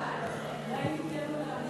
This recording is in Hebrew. אדרנלין.